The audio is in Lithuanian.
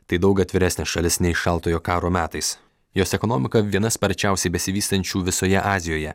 tai daug atviresnė šalis nei šaltojo karo metais jos ekonomika viena sparčiausiai besivystančių visoje azijoje